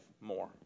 more